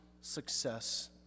success